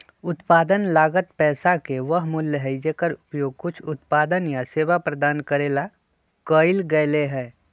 उत्पादन लागत पैसा के वह मूल्य हई जेकर उपयोग कुछ उत्पादन या सेवा प्रदान करे ला कइल गयले है